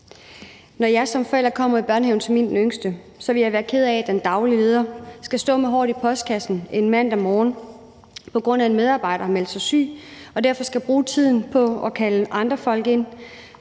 Når jeg som forælder kommer i min den yngstes børnehave, vil jeg være ked af, at den daglige leder skal stå med håret i postkassen en mandag morgen, på grund af at en medarbejder har meldt sig syg, og derfor skal bruge tiden på at kalde andre folk ind,